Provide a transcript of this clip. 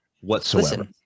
whatsoever